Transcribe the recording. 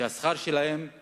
שהשכר שלהם הוא